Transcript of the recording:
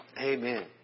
Amen